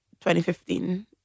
2015